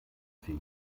für